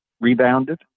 rebounded